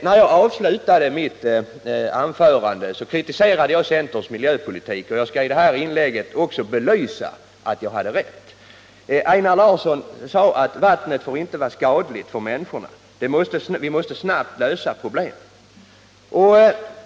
I avslutningen av mitt anförande kritiserade jag centerns miljöpolitik, och jag skall i detta inlägg bevisa att jag hade rätt. Einar Larsson sade att vattnet inte får vara skadligt för människorna och att vi snabbt måste lösa problemen.